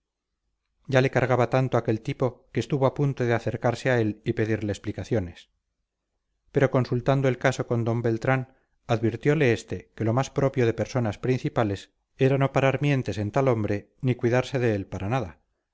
ya le cargaba tanto aquel tipo que estuvo a punto de acercarse a él y pedirle explicaciones pero consultado el caso con d beltrán advirtiole este que lo más propio de personas principales era no parar mientes en tal hombre ni cuidarse de él para nada